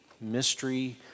mystery